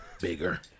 bigger